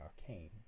arcane